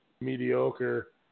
mediocre